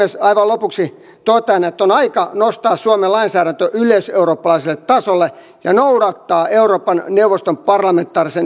aivan lopuksi totean että on aika nostaa suomen lainsäädäntö yleiseurooppalaiselle tasolle ja noudattaa euroopan neuvoston parlamentaarisen yleiskokouksen lauselmaa